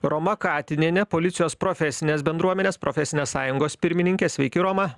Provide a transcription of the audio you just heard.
roma katinienė policijos profesinės bendruomenės profesinės sąjungos pirmininkė sveiki roma